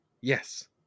yes